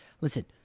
listen